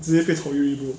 直接被炒鱿鱼 bro